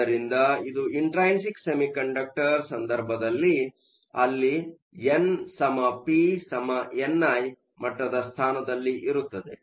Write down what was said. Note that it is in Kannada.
ಆದ್ದರಿಂದ ಇದು ಇಂಟ್ರೈನ್ಸಿಕ ಸೆಮಿಕಂಡಕ್ಟರ್ ಸಂದರ್ಭದಲ್ಲಿ ಅಲ್ಲಿ n p ni ಮಟ್ಟದ ಸ್ಥಾನದಲ್ಲಿ ಇರುತ್ತದೆ